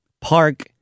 park